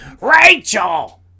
Rachel